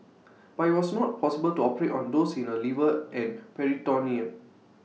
but IT was not possible to operate on those in her liver and peritoneum